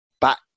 back